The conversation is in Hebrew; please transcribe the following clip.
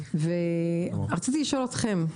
ורציתי לשאול אתכם,